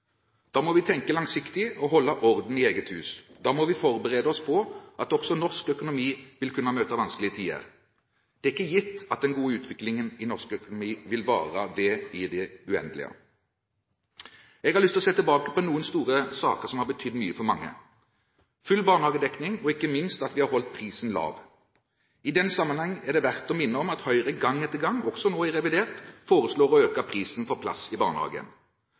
Da må vi tenke langsiktig og holde orden i eget hus. Da må vi forberede oss på at også norsk økonomi vil kunne møte vanskelige tider. Det er ikke gitt at den gode utviklingen i norsk økonomi vil vare ved i det uendelige. Jeg har lyst til å se tilbake på noen store saker som har betydd mye for mange. Vi har full barnehagedekning, og ikke minst har vi holdt prisen lav. I den sammenheng er det verdt å minne om at Høyre gang på gang – også nå i revidert – foreslår å øke prisen for plass i barnehagen.